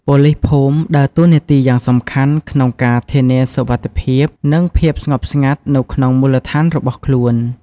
ប៉ូលីសភូមិដើរតួនាទីយ៉ាងសំខាន់ក្នុងការ ធានាសុវត្ថិភាព និងភាពស្ងប់ស្ងាត់ នៅក្នុងមូលដ្ឋានរបស់ខ្លួន។